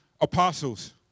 Apostles